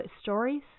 stories